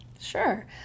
Sure